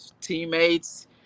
teammates